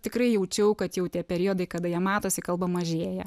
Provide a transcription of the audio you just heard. tikrai jaučiau kad jau tie periodai kada jie matosi kalba mažėja